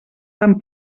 tan